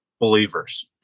believers